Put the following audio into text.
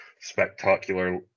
spectacular